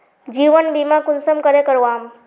जीवन बीमा कुंसम करे करवाम?